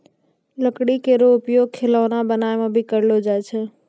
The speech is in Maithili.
लकड़ी केरो उपयोग खिलौना बनाय म भी करलो जाय छै